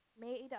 made